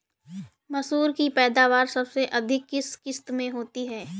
मसूर की पैदावार सबसे अधिक किस किश्त में होती है?